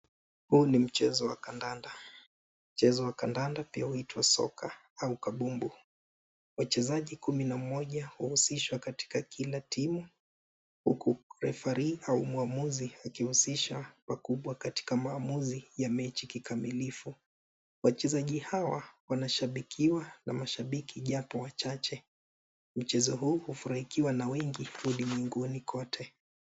Huu ni mchezo wa kandanda Mchezo wa kandanda. Mchezo wa kandanda pia huitwa soka au kabumbu. Wachezaji kumi na mmoja huhusishwa katika kila timu huku referee au muamuzi akihususha wakubwa katika maamuzi ya mechi kikamilifu. Wachezaji hawa wanashabikiwa na mashabiki japo wachache. Mchezo huu hufunikiwa na wengi ulimwenguni kote.